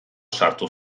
sartu